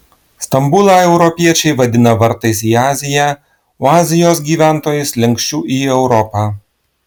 stambulą europiečiai vadina vartais į aziją o azijos gyventojai slenksčiu į europą